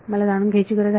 मला जाणून घ्यायची गरज आहे